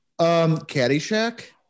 Caddyshack